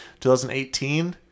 2018